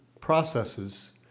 processes